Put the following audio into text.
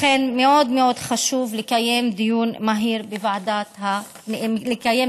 לכן, מאוד מאוד חשוב לקיים דיון בוועדת הפנים.